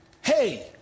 Hey